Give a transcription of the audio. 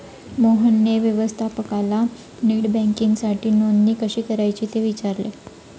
मोहनने व्यवस्थापकाला नेट बँकिंगसाठी नोंदणी कशी करायची ते विचारले